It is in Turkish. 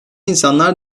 insanlar